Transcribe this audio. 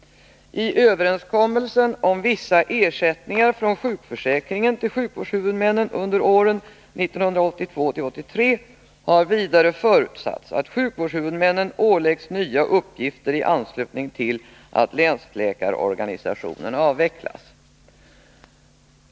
I överenskommelsen om vissa ersättningar från sjukförsäkringen till sjukvårdshuvudmännen under åren 1982-1983 har vidare förutsatts att sjukvårdshuvudmännen åläggs nya uppgifter i anslutning till att länsläkarorganisationen avvecklas.